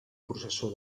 professor